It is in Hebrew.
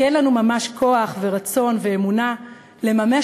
כי אין לנו ממש כוח ורצון ואמונה לממש